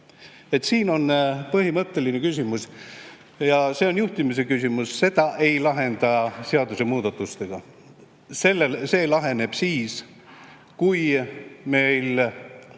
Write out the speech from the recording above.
Siin on põhimõtteline küsimus ja see on juhtimise küsimus, seda ei lahenda seadusemuudatustega. See laheneb siis, kui meil